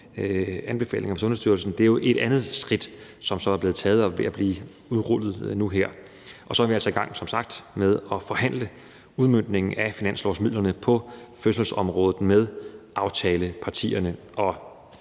er jo et andet skridt, der er blevet taget, og som nu er ved at blive udrullet. Og så er vi som sagt i gang med at forhandle udmøntningen af finanslovsmidlerne på fødselsområdet med aftalepartierne.